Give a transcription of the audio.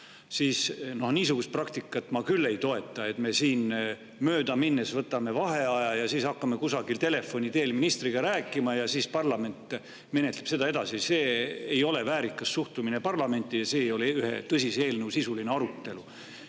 saan. Niisugust praktikat ma küll ei toeta, et me siin möödaminnes võtame vaheaja ja siis hakkame kusagil telefoni teel ministriga rääkima ning siis parlament menetleb seda edasi. See ei ole väärikas suhtumine parlamenti ja see ei ole ühe tõsise eelnõu sisuline arutelu.